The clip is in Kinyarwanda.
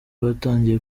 batangiye